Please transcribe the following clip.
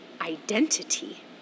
identity